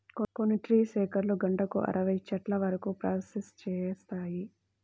కొన్ని ట్రీ షేకర్లు గంటకు అరవై చెట్ల వరకు ప్రాసెస్ చేస్తాయి